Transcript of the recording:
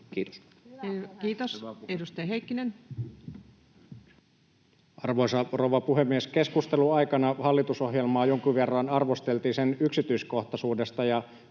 Kiitos. Kiitos. — Edustaja Heikkinen. Arvoisa rouva puhemies! Keskustelun aikana hallitusohjelmaa jonkun verran arvosteltiin sen yksityiskohtaisuudesta,